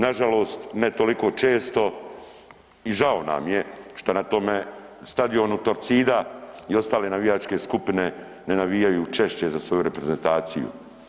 Nažalost ne toliko često i žao nam je šta na tom stadionu Torcida i ostale navijačke skupine ne navijaju češće za svoju reprezentaciju.